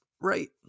right